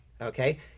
okay